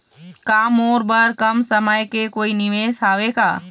का मोर बर कम समय के कोई निवेश हावे का?